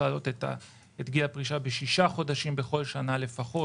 להעלות את גיל הפרישה בשישה חודשים בכל שנה לפחות